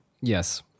Yes